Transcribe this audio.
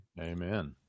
Amen